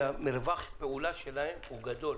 מרווח הפעולה שלהם הוא גדול.